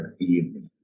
evening